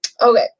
Okay